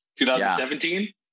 2017